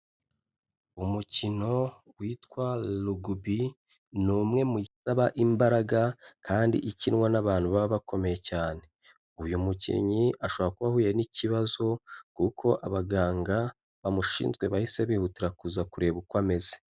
Umukino witwa rugubi ni umwe mu isaba imbaraga kandi ikinwa n'abantu baba bakomeye cyane. Uyu mukinnyi ashobora ko ahuye n'ikibazo kuko abaganga bamushinzwe bahise bihutira kuza kureba uko ameze.